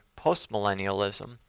postmillennialism